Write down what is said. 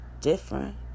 different